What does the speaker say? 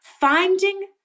finding